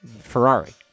Ferrari